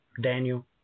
Daniel